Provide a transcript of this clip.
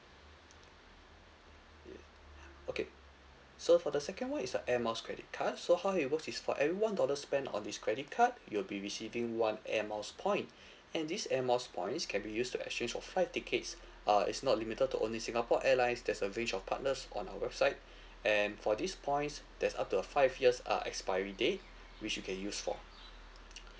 okay so for the second one is a air miles credit card so how it works is for every one dollar spent on this credit card you'll be receiving one air miles point and these air miles points can be used to exchange for flight tickets uh is not limited to only singapore airlines there's a range of partners on our website and for these points there's up to a five years uh expiry date which you can use for